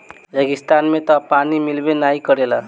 रेगिस्तान में तअ पानी मिलबे नाइ करेला